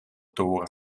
toren